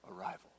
arrival